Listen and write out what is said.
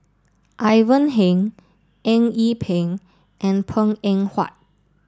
Ivan Heng Eng Yee Peng and Png Eng Huat